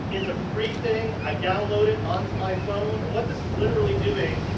is a free thing. i download it onto my phone and what this is literally doing.